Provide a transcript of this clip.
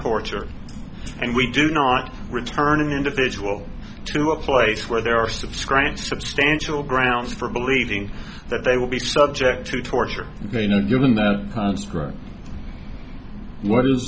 torture and we do not return an individual to a place where there are subscribing substantial grounds for believing that they will be subject to torture you know given that